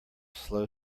slow